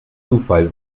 zufall